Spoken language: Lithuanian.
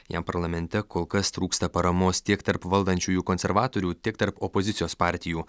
jam parlamente kol kas trūksta paramos tiek tarp valdančiųjų konservatorių tiek tarp opozicijos partijų